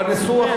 בניסוח,